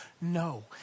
No